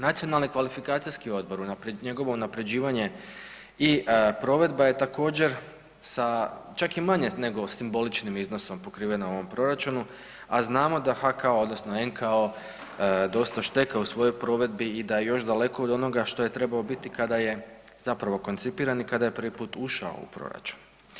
Nacionalni kvalifikacijski odbor, njegovo unapređivanje i provedba je također sa, čak i manje nego simboličnim iznosom pokrivena u ovom proračunu, a znamo da HKO odnosno NKO dosta šteka u svojoj provedbi i da je još daleko od onoga što je trebao biti kada je zapravo koncipiran i kada je prvi put ušao u proračun.